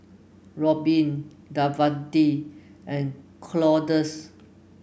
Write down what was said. Robyn Davante and Claudius